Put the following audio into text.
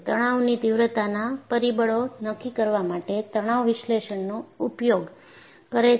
તણાવની તીવ્રતાના પરિબળો નક્કી કરવા માટે તણાવ વિશ્લેષણનો ઉપયોગ કરે છે